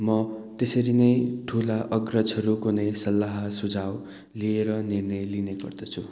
म त्यसरी नै ठुला अग्रजहरूको नै सल्लाह सुझाउ लिएर निर्णय लिने गर्दछु